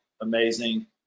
amazing